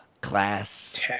Class